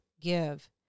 give